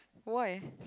why